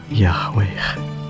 Yahweh